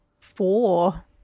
Four